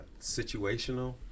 situational